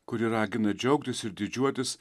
kuri ragina džiaugtis ir didžiuotis